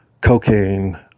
cocaine